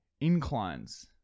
inclines